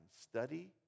study